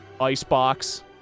Icebox